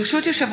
6 יוסי